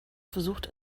versucht